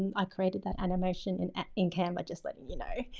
i created that animation in in canva just letting you know.